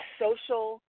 social